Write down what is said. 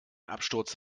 absturz